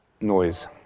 noise